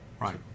Right